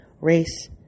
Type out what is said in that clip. race